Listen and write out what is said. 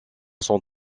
son